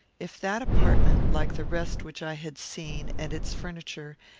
if that apartment, like the rest which i had seen, and its furniture,